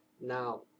Now